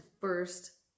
first